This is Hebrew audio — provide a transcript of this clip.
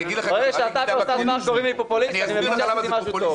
ברגע שאתה וחברת הכנסת מארק קוראים לי פופוליסט אני מבין למה זה טוב.